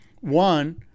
one